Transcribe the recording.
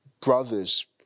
brothers